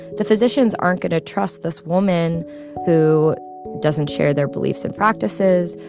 the physicians aren't going to trust this woman who doesn't share their beliefs and practices,